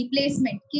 replacement